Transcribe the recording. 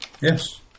Yes